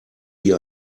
wie